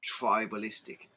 tribalistic